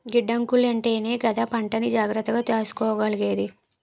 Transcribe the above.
గిడ్డంగులుంటేనే కదా పంటని జాగ్రత్తగా దాసుకోగలిగేది?